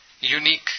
unique